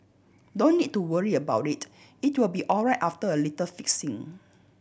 don't need to worry about it it will be alright after a little fixing